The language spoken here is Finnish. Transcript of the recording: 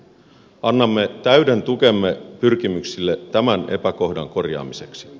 annamme täyden tukemme pyrkimyksille tämän epäkohdan korjaamiseksi